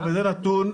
זה נתון,